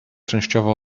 częściowo